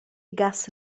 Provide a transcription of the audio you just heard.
gas